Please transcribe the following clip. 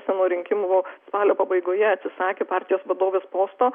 savo rinkimų spalio pabaigoje atsisakė partijos vadovės posto